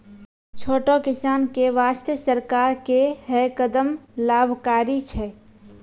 छोटो किसान के वास्तॅ सरकार के है कदम लाभकारी छै